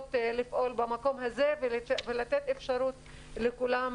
שיכולות לפעול במקום הזה, ולתת אפשרות לכולן